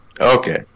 Okay